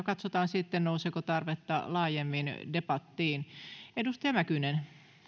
katsotaan sitten nouseeko tarvetta laajemmin debattiin